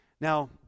Now